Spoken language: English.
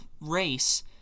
race